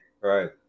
right